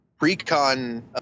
precon